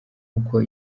uko